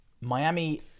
Miami